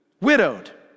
widowed